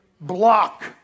block